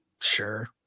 sure